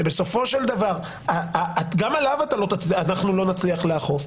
שבסופו של דבר גם עליו לא נצליח לאכוף,